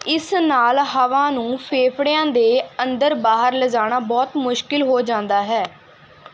ਇਸ ਨਾਲ ਹਵਾ ਨੂੰ ਫੇਫੜਿਆਂ ਦੇ ਅੰਦਰ ਬਾਹਰ ਲਿਜਾਣਾ ਬਹੁਤ ਮੁਸ਼ਕਿਲ ਹੋ ਜਾਂਦਾ ਹੈ